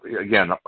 again